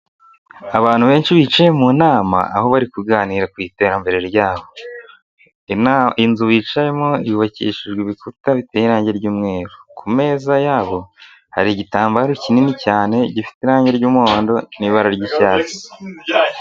Abantu benshi bicaye mu nama aho bari kuganira ku iterambere ryaho, inzu bicayemo yubakishijwe ibikuta biteye irangi ry'umweru, ku meza yabo hari igitambaro kinini cyane gifite irange ry'umuhondo n'ibara ry'icyatsi.